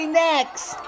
next